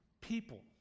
people